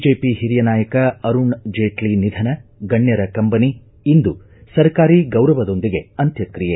BJP ಹಿರಿಯ ನಾಯಕ ಅರುಣ್ ಜೇಟ್ಲಿ ನಿಧನ ಗಣ್ಯರ ಕಂಬನಿ ಇಂದು ಸರ್ಕಾರಿ ಗೌರವದೊಂದಿಗೆ ಅಂತ್ಯಕ್ರಿಯೆ